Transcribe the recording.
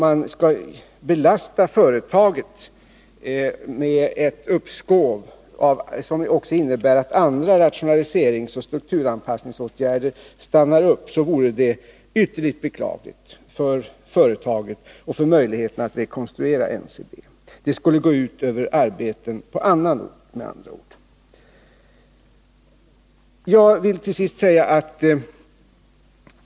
Att belasta företaget med ett uppskov som också innebär att andra rationaliseringsoch strukturanpassningsåtgärder stannar upp vore ytterligt beklagligt för företaget och för möjligheterna att rekonstruera NCB. Det skulle med andra ord gå ut över arbeten på annan ort.